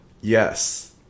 Yes